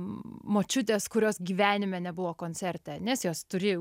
močiutės kurios gyvenime nebuvo koncerte nes jos turi